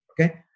Okay